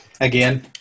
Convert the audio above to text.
Again